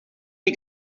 chi